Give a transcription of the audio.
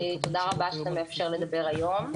תודה רבה שאתה מאפשר לי לדבר היום.